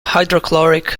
hydrochloric